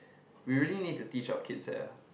we really need to teach our kids that eh